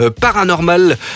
Paranormal